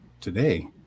today